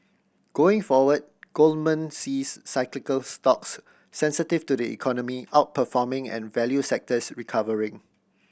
going forward Goldman sees cyclical stocks sensitive to the economy outperforming and value sectors recovering